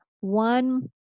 one